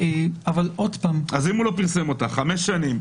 אם הוא לא פרסם אותה במשך חמש שנים,